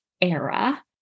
era